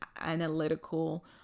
analytical